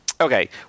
Okay